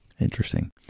Interesting